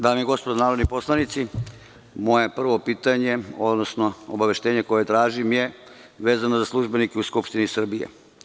Dame i gospodo narodni poslanici, moje prvo pitanje odnosno obaveštenje koje tražim je vezano za službenike u Skupštini Srbiji.